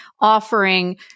offering